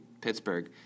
Pittsburgh